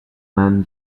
man